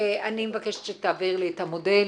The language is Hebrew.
אני מבקשת שתעביר לי את המודל.